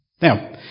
Now